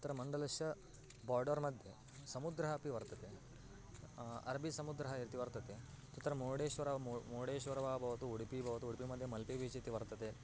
तत्र मण्डलस्य बार्डर् मध्ये समुद्रः अपि वर्तते अरबि समुद्रः इति वर्तते तत्र मुर्डेश्वरः मा मोडेश्वरः वा भवतु उडुपि भवतु उडुपि मध्ये मल्पे बीच् इति वर्तते